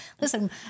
Listen